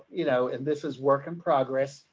you know, and this is work in progress,